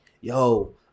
Yo